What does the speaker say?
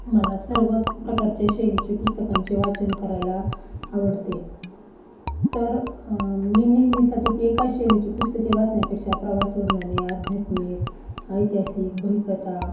मला सर्वच प्रकारच्या शैलीची पुस्तकांचे वाचन करायला आवडते तर मी नेहमीसाठीची एकाच शैलीची पुस्तके वाचण्यापेक्षा प्रवास वर्णने आध्यात्मिक ऐतिहासिक बहिकथा